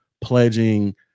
pledging